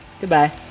Goodbye